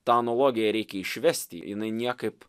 tą analogiją reikia išvesti jinai niekaip